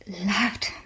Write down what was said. loved